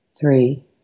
three